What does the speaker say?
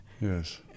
Yes